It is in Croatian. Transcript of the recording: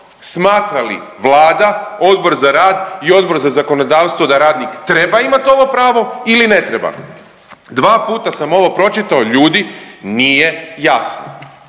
smatra li Vlada, Odbor za rad i Odbor za zakonodavstvo da radnik treba imati ovo pravo ili ne treba. Dva puta sam ovo pročitao. Ljudi nije jasno!